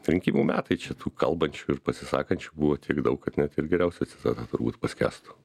rinkimų metai čia tų kalbančių ir pasisakančių buvo tiek daug kad net ir geriausia citata turbūt paskęstų